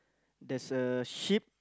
there's a sheep